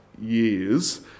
years